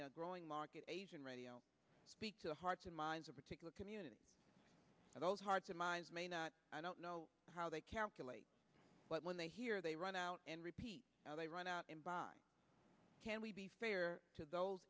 growing market asian radio speak to the hearts and minds of particular community and those hearts and minds may not i don't know how they calculate but when they hear they run out and repeat how they run out and buy can we be fair to th